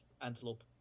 antelope